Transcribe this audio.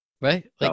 Right